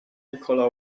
nikola